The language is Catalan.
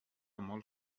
molt